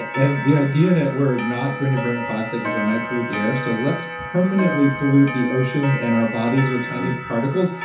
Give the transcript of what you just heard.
and the idea that we're not going to burn plastic because it might pollute the air, so let's permanently pollute the oceans and our bodies with tiny particles.